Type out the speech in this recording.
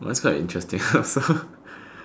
mine's quite interesting uh so